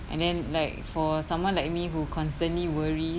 and then like for someone like me who constantly worries